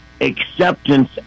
acceptance